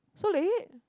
so late